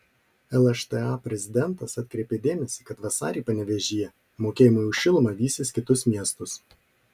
lšta prezidentas atkreipė dėmesį kad vasarį panevėžyje mokėjimai už šilumą vysis kitus miestus